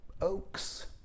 oaks